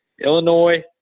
Illinois